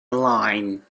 line